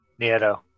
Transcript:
Nieto